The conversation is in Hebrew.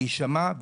להישמע,